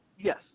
Yes